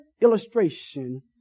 illustration